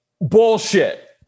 bullshit